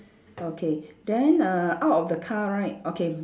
okay then err out of the car right okay